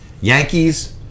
Yankees